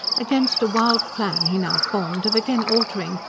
against a wild plan he now formed of again altering,